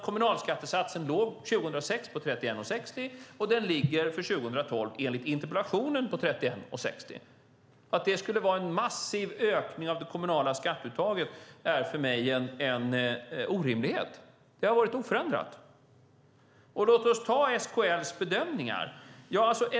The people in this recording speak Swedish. Kommunalskattesatsen låg 2006 på 31:60, och den ligger för 2012 enligt interpellationen på 31:60. Att det skulle vara en massiv ökning av det kommunala skatteuttaget är för mig en orimlighet, för det har varit oförändrat! Låt oss titta på SKL:s bedömningar.